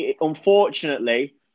Unfortunately